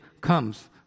comes